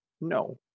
no